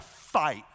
fight